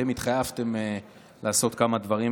אתם התחייבתם לעשות כמה דברים,